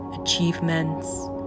achievements